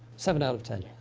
seven out of ten.